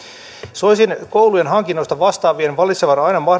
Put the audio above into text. soisin koulujen hankinnoista vastaavien valitsevan aina